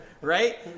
right